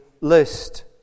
list